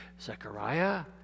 Zechariah